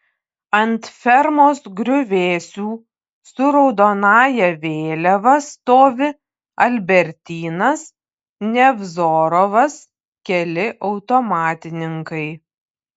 ant fermos griuvėsių su raudonąja vėliava stovi albertynas nevzorovas keli automatininkai